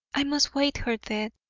i must wait her death,